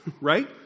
right